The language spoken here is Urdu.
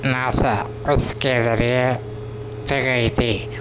ناسا اس کے ذریعے سے گئی تھی